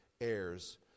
heirs